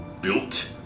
built